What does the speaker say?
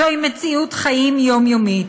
זוהי מציאות חיים יומיומית,